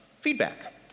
feedback